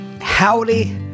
howdy